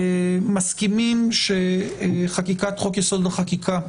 מסכימים שחקיקת חוק יסוד: החקיקה,